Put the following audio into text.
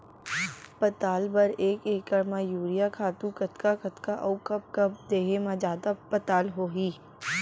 पताल बर एक एकड़ म यूरिया खातू कतका कतका अऊ कब कब देहे म जादा पताल होही?